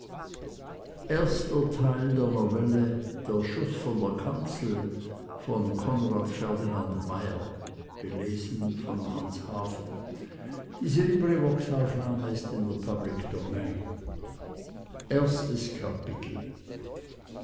von der kanzel